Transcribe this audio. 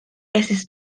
estis